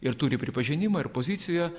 ir turi pripažinimą ir poziciją